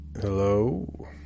Hello